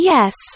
Yes